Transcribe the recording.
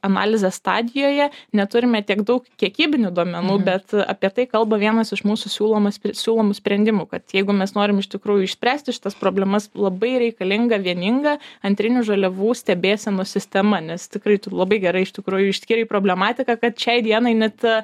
analizės stadijoje neturime tiek daug kiekybinių duomenų bet apie tai kalba vienas iš mūsų siūlomas siūlomų sprendimų kad jeigu mes norim iš tikrųjų išspręsti šitas problemas labai reikalinga vieninga antrinių žaliavų stebėsenos sistema nes tikrai labai gerai iš tikrųjų išskyrei problematiką kad šiai dienai net